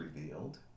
revealed